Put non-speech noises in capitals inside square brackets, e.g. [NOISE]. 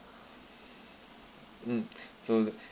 mm [NOISE] so